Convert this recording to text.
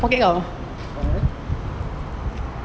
oh eh